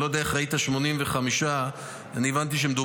אני לא יודע איך ראית 85%. אני הבנתי שמדובר